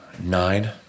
Nine